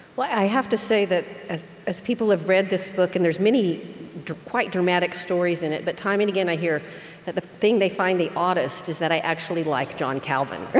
well, i have to say that, as as people have read this book and there's many quite dramatic stories in it, but time and again i hear that the thing they find the oddest is that i actually like john calvin